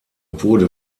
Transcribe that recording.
wurde